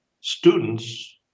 students